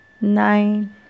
nine